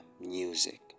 Music